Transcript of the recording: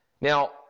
Now